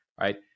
right